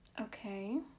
Okay